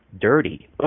dirty